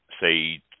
say